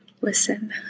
listen